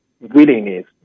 willingness